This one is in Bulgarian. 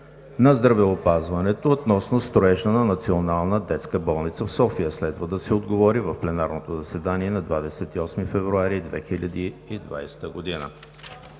на здравеопазването, относно строежа на Национална детска болница в София. Следва да се отговори в пленарното заседание на 28 февруари 2020 г.